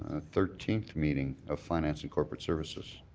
ah thirteenth meeting of finance and corporate services?